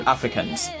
Africans